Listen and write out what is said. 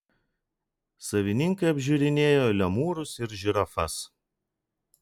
savininkai apžiūrinėjo lemūrus ir žirafas